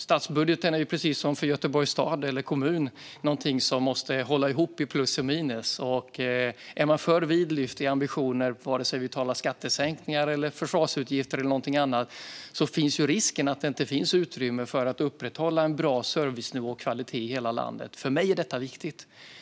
Statsbudgeten är, precis som budgeten för Göteborgs stad eller kommun, någonting som måste hålla ihop i plus och minus. Är man för vidlyftig i ambitioner, vare sig vi talar om skattesänkningar, försvarsutgifter eller någonting annat, finns ju risken att det inte finns utrymme för att upprätthålla bra servicenivå och kvalitet i hela landet. För mig är detta viktigt.